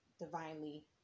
divinely